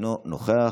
אינו נוכח,